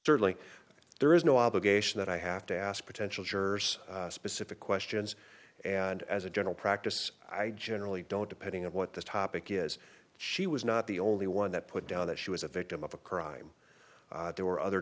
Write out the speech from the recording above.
certainly there is no obligation that i have to ask potential jurors specific questions and as a general practice i generally don't depending on what the topic is she was not the only one that put down that she was a victim of a crime there were other